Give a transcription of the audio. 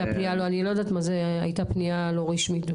אני לא יודעת מה זה הייתה פנייה לא רשמית.